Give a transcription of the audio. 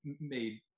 made